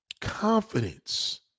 Confidence